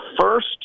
first